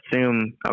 assume